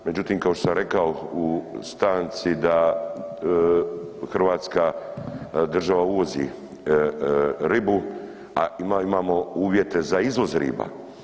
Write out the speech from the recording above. Međutim, kao što sam rekao u stanci da hrvatska država uvozi ribu, a imamo uvjete za izvoz riba.